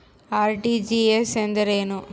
RTGS ಎಂದರೇನು?